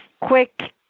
quick